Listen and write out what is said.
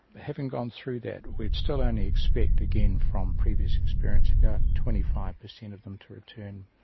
having gone through that, we still only expect, again from previous experience, about twenty five percent of them to return.